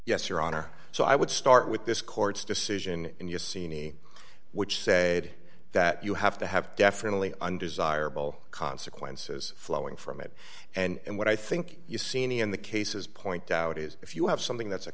honor so i would start with this court's decision and you see me which said that you have to have definitely undesirable consequences flowing from it and what i think you see any of the cases point out is if you have something that's a